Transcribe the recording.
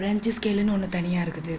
ப்ரென்ச்சி ஸ்கேலுன்னு ஒன்று தனியாக இருக்குது